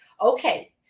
okay